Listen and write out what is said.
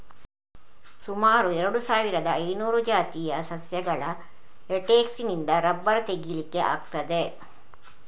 ಸುಮಾರು ಎರಡು ಸಾವಿರದ ಐನೂರು ಜಾತಿಯ ಸಸ್ಯಗಳ ಲೇಟೆಕ್ಸಿನಿಂದ ರಬ್ಬರ್ ತೆಗೀಲಿಕ್ಕೆ ಆಗ್ತದೆ